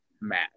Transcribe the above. mad